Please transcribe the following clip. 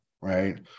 Right